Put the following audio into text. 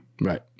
Right